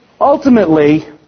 ultimately